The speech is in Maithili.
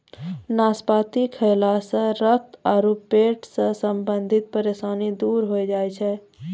नाशपाती खैला सॅ रक्त आरो पेट सॅ संबंधित परेशानी दूर होय जाय छै